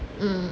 mm